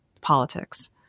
politics